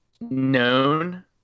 known